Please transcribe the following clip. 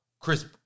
Chris